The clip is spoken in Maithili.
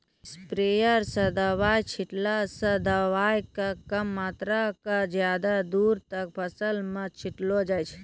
स्प्रेयर स दवाय छींटला स दवाय के कम मात्रा क ज्यादा दूर तक फसल मॅ छिटलो जाय छै